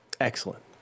Excellent